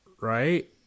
right